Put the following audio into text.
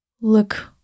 look